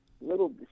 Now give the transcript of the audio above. little